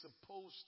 supposed